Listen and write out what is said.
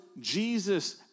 Jesus